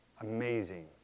amazing